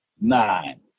Nine